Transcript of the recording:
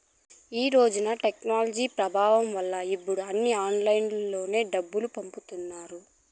ఈ రోజున టెక్నాలజీ ప్రభావం వల్ల ఇప్పుడు అన్నీ ఆన్లైన్లోనే డబ్బులు పంపుతుంటారు